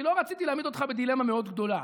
כי לא רציתי להעמיד אותך בדילמה מאוד גדולה.